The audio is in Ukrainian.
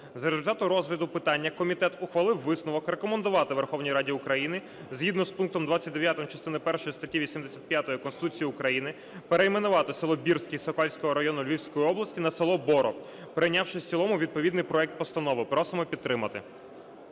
За результатами розгляду питання комітет ухвали висновок рекомендувати Верховній Раді України, згідно з пунктом 29 частини першої статті 85 Конституції України перейменувати село Бірки Сокальського району Львівської області на село Борок, прийнявши в цілому відповідний проект постанови. Просимо підтримати.